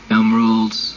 emeralds